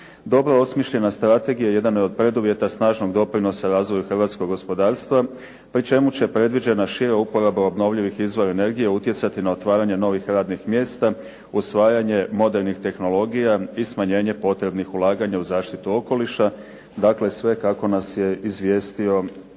Dobro osmišljena strategija jedan je od preduvjeta snažnog doprinosa razvoju hrvatskog gospodarstva pri čemu će predviđena šira uporaba obnovljivih izvora energije utjecati na otvaranje novih radnih mjesta, usvajanje modernih tehnologija i smanjenje potrebnih ulaganja u zaštitu okoliša, dakle sve kako nas je izvijestio predlagatelj.